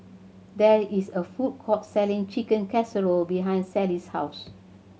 there is a food court selling Chicken Casserole behind Sally's house